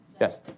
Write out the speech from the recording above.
Yes